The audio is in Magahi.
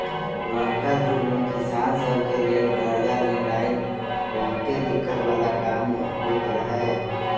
पुरनका जुग में किसान सभ के लेल करजा लेनाइ बहुते दिक्कत् बला काम होइत रहै